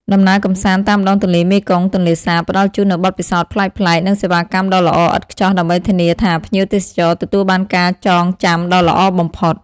ដំណើរកម្សាន្តតាមដងទន្លេមេគង្គ-ទន្លេសាប ផ្តល់ជូននូវបទពិសោធន៍ប្លែកៗ និងសេវាកម្មដ៏ល្អឥតខ្ចោះដើម្បីធានាថា ភ្ញៀវទេសចរទទួលបានការចងចាំដ៏ល្អបំផុត។